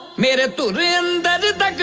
married to him.